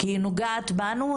כי היא נוגעת בנו,